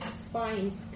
spines